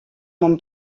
mon